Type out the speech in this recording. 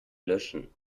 löschen